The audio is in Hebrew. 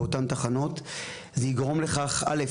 זה יגרום ל-א',